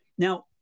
Now